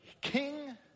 king